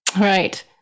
Right